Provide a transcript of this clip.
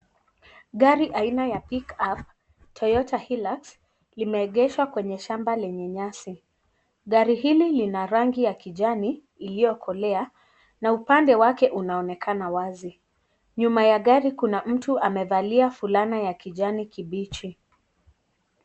Gari aina ya Pickup Toyota Hilux limeegeshwa kwenye shamba lenye nyasi, gari hili lina rangi ya kijani iliyokolea na upande wake unaonekana wazi, nyuma ya gari kuna mtu amevalia fulana ya kijani kibichi.